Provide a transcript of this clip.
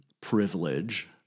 privilege